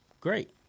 Great